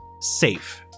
safe